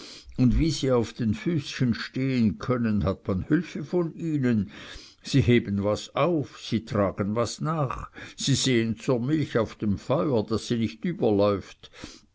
und wie sie auf den füßchen stehen können hat man hülfe von ihnen sie heben was auf sie tragen was nach sie sehen zur milch auf dem feuer daß sie nicht überläuft